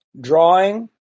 drawing